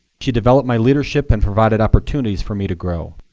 she developed my leadership and provided opportunities for me to grow,